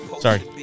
sorry